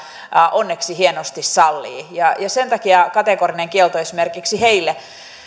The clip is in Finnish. onneksi hienosti sallii sen takia kategorinen kielto esimerkiksi heille